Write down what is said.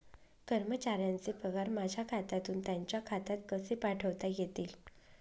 कर्मचाऱ्यांचे पगार माझ्या खात्यातून त्यांच्या खात्यात कसे पाठवता येतील?